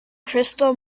crystal